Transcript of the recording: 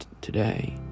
today